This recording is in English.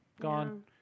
gone